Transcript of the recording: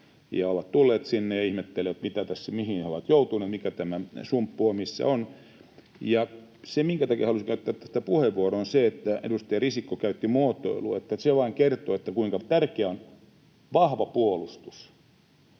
ja ovat tulleet sinne ja ihmettelevät, mihin he ovat joutuneet ja mikä tämä sumppu on, missä he ovat. Se, minkä takia halusin käyttää tästä puheenvuoron, on se, että edustaja Risikko käytti muotoilua, että se vain kertoo, kuinka tärkeää on vahva puolustus.